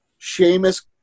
Seamus